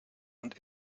und